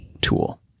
tool